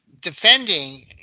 defending